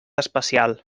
especial